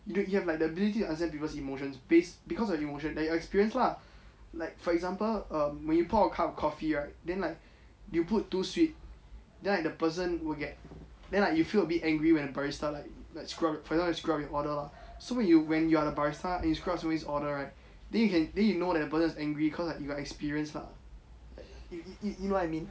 you have the ability to understand people's emotions base because of emotion that you experience lah like for example um when you put a cup of coffee right then like you put too sweet then like the person will get then like you will feel a bit angry when the barista like like screw up barista screw up your order lah so when you you are the barista and you screw up so many orders right then you can then you know that the person is angry cause like you got experience lah you you know what I mean